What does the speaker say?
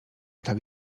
tak